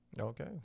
Okay